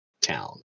town